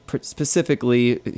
specifically